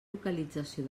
localització